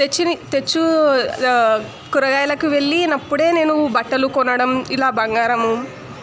తెచ్చిన తెచ్చు కూరగాయలకు వెళ్ళినప్పుడే నేను బట్టలు కొనడం ఇలా బంగారం